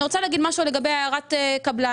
אני רוצה להגיד משהו לגבי הערת קבלן.